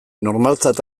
normaltzat